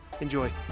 enjoy